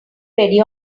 ready